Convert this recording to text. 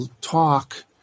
talk